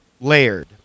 layered